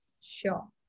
Sure